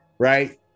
Right